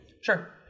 Sure